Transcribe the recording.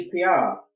CPR